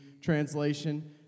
translation